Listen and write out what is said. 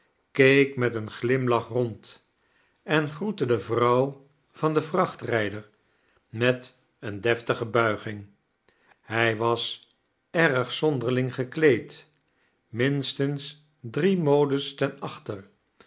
keek met een glimlach rand en groette de vrouw van den vrachtrijder met eene deftdge buiging hij was erg zanderling gekleed minstens drie modes ten achberen